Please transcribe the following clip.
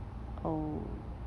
oh